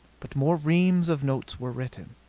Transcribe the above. but more reams of notes were written.